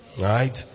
Right